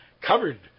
covered